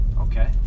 Okay